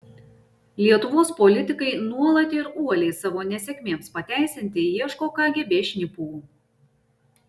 lietuvos politikai nuolat ir uoliai savo nesėkmėms pateisinti ieško kgb šnipų